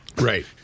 Right